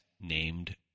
named